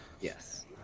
Yes